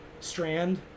strand